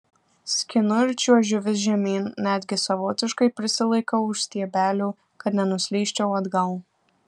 skinu ir čiuožiu vis žemyn netgi savotiškai prisilaikau už stiebelių kad nenuslysčiau atgal